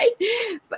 right